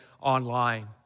online